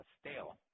stale